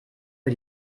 für